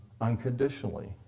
unconditionally